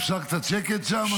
אפשר קצת שקט שם,